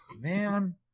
man